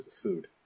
food